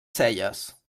celles